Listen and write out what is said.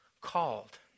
called